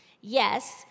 Yes